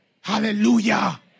Hallelujah